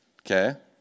okay